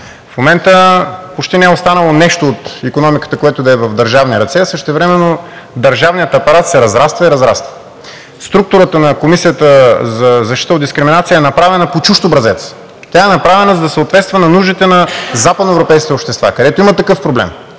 В момента почти не е останало нещо от икономиката, което да е в държавни ръце, а същевременно държавният апарат се разраства и разраства. Структурата на Комисията за защита от дискриминация е направена по чужд образец. Тя е направена, за да съответства на нуждите на западноевропейските общества, където има такъв проблем,